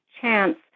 chance